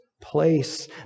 place